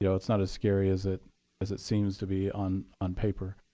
you know it's not as scary as it as it seems to be on on paper,